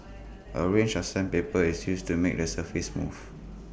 A range of sandpaper is used to make the surface smooth